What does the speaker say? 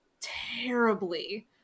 terribly